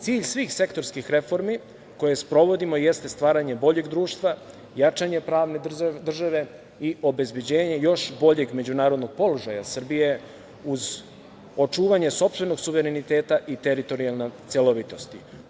Cilj svih sektorskih reformi koje sprovodimo jeste stvaranje boljeg društva, jačanje pravne države i obezbeđenje još boljeg međunarodnog položaja Srbije uz očuvanje sopstvenog suvereniteta i teritorijalne celovitosti.